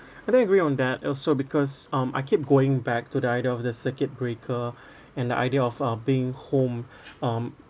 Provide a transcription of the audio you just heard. I do agree on that also because um I keep going back to the idea of the circuit breaker and the idea of uh being home um